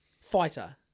Fighter